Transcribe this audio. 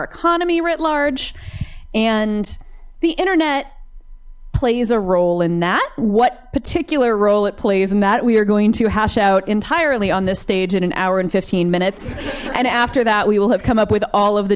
economy writ large and the internet plays a role in that what particular role it plays and that we are going to hash out entirely on this stage in an hour and fifteen minutes and after that we will have come up with all of the